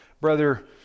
Brother